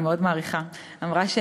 ואני מאוד מעריכה אותה,